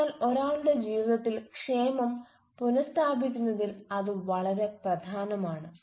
അതിനാൽ ഒരാളുടെ ജീവിതത്തിൽ ക്ഷേമം പുന സ്ഥാപിക്കുന്നതിൽ അത് വളരെ പ്രധാനമാണ്